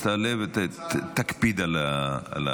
אז תעלה ותקפיד על האמירה.